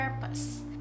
purpose